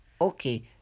Okay